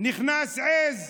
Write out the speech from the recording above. נכנסה עז: